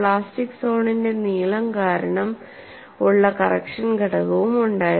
plastic സോണിന്റെ നീളം കാരണം ഉള്ള കറക്ഷൻ ഘടകവും ഉണ്ടായിരുന്നു